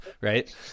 right